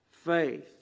Faith